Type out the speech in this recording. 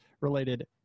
related